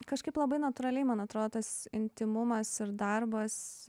kažkaip labai natūraliai man atrodo tas intymumas ir darbas